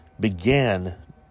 began